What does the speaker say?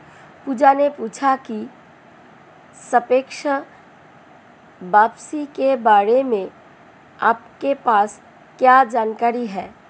पूजा ने पूछा की सापेक्ष वापसी के बारे में आपके पास क्या जानकारी है?